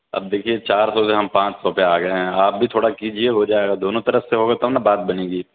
اب دیکھیے چار سو سے ہم پانچ سو پہ آ گئے ہیں آپ بھی تھوڑا کیجیے ہو جائے گا دونوں طرف سے ہوگا تب نا بات بنے گے